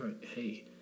hey